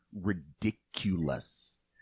ridiculous